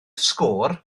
sgôr